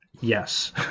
yes